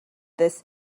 this